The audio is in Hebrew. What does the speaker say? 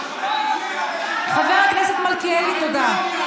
חבר הכנסת מלכיאלי, תודה.